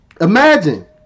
Imagine